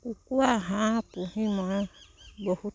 কুকুৰা হাঁহ পুহি মই বহুত